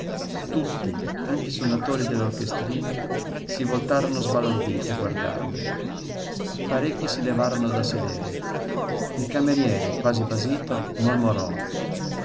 tutti anche i sonatori dell'orchestrina si voltarono sbalorditi a guardarmi parecchi si levarono da sedere il cameriere quasi basito mormorò